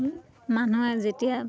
মানুহে যেতিয়া